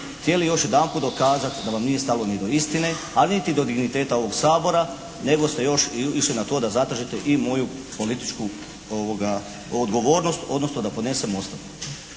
htjeli još jedanput dokazati da vam nije stalno ni do istine, ali niti do digniteta ovog Sabora, nego ste još išli na to da zadržite i moju političku odgovornost, odnosno da podnesem ostavku.